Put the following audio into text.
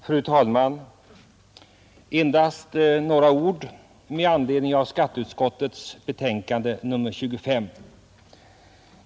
Fru talman! Endast några ord med anledning av skatteutskottets betänkande nr 25.